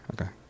Okay